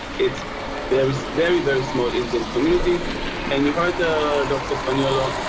it's very very very small indian community and you heard the doctor espanola?